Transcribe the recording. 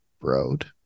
road